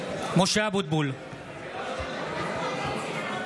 (קורא בשם חבר הכנסת)